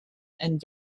and